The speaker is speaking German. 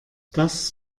das